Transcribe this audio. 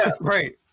right